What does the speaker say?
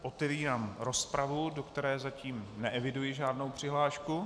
Otevírám rozpravu, do které zatím neeviduji žádnou přihlášku.